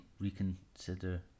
reconsider